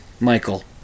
Michael